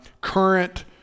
current